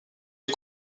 est